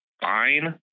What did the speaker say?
fine